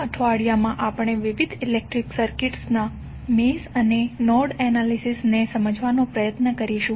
આ અઠવાડિયામાં આપણે વિવિધ ઇલેક્ટ્રિકલ સર્કિટ્સ ના મેશ અને નોડલ એનાલિસિસ ને સમજવાનો પ્રયત્ન કરીશું